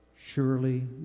surely